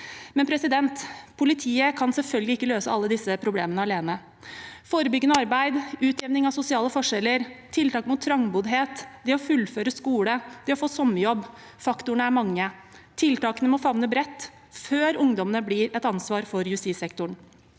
avgjørende. Politiet kan selvfølgelig ikke løse alle disse problemene alene. Forebyggende arbeid, utjevning av sosiale forskjeller, tiltak mot trangboddhet, det å fullføre skole, det å få sommerjobb – faktorene er mange. Tiltakene må favne bredt, før ungdommene blir et ansvar for justissektoren.